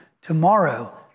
tomorrow